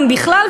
אם בכלל,